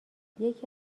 یکی